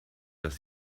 dass